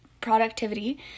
productivity